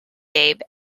babe